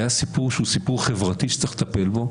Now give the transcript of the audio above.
זה היה סיפור שהוא סיפור חברתי שצריך לטפל בו,